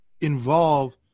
involve